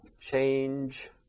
change